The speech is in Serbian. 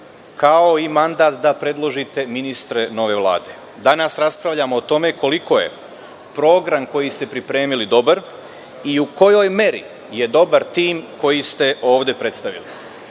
kao i mandat da predložite ministre nove Vlade. Danas raspravljamo o tome koliko je program koji ste pripremili dobar i u kojoj meri je dobar tim koji ste ovde predstavili. Imam